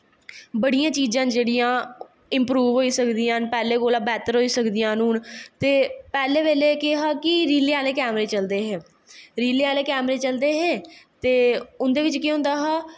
बड़ियां चीज़ां जेह्ड़ियां इंप्रूव होई सकदियां न पैह्ले कोला दा बेह्तर होई सकदियां न हून पैह्लें बेल्ले केह् हा कि रीलें आह्ले कैमरे चलदे हे रीलें आह्ले कैमरे चलदे हे ते उंदे बिच्च केह् होंदा हा